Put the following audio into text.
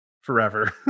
forever